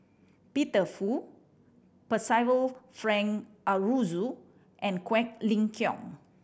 Peter Fu Percival Frank Aroozoo and Quek Ling Kiong